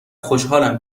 خوشحالم